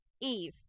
eve